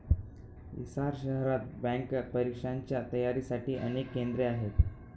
हिसार शहरात बँक परीक्षांच्या तयारीसाठी अनेक केंद्रे आहेत